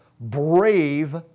brave